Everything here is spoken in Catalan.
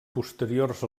posteriors